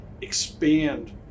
expand